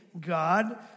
God